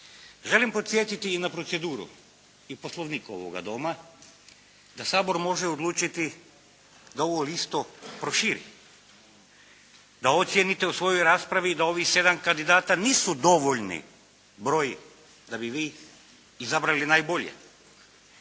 Želim podsjetiti i na proceduru i Poslovnik ovoga Doma da Sabor može odlučiti da ovu listu proširi, da ocijenite u svojoj raspravi i da ovih sedam kandidata nisu dovoljni broj da bi vi izabrali najbolje.